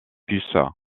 puces